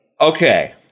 Okay